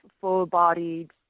full-bodied